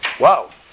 wow